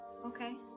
Okay